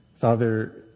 Father